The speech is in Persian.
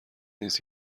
نیست